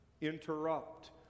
interrupt